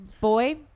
boy